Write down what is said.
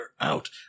out